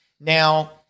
Now